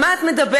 על מה את מדברת?